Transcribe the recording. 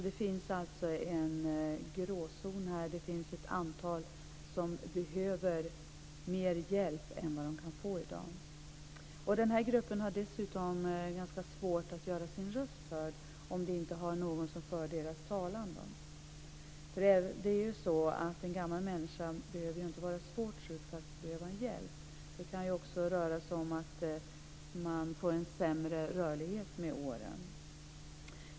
Det finns alltså en gråzon här; det finns ett antal som behöver mer hjälp än vad de kan få i dag. Den här gruppen har dessutom ganska svårt att göra sin röst hörd om de inte har någon som för deras talan. Det är ju så att en gammal människa inte behöver vara svårt sjuk för att behöva hjälp. Det kan också röra sig om att man får en sämre rörlighet med åren.